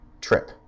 trip